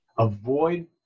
Avoid